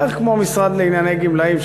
בערך כמו המשרד לענייני גמלאים,